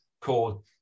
called